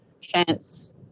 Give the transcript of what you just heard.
Chance